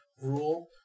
rule